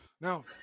Now